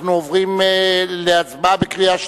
אנחנו עוברים להצבעה בקריאה שנייה.